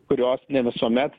kurios ne visuomet